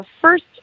first